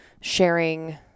sharing